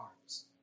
arms